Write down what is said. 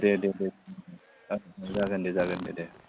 दे दे दे गासिबो जागोन दे दे जागोन दे दे